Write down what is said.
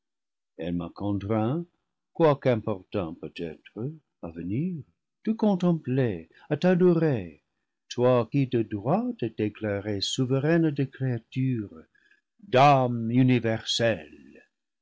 quoique impor tun peut-être à venir te contempler à t'adorer toi qui de droit es déclarée souveraine des créatures dame universelle